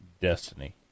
Destiny